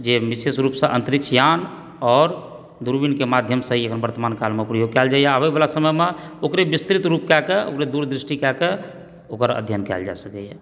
जे विशेष रूपसँ अंतरिक्षयाण आओर दूरबीनके माध्यमसँ ही वर्तमान कालमे प्रयोग कैल जाइए आबएवला समयमे ओकरे विस्तृत रूप कए कऽ ओकरे दूर दृष्टि कए कऽ ओकर अध्ययन कएल जा सकैए